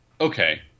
Okay